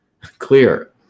clear